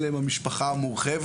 הם יודעים בדיוק ואין פה צד אחד.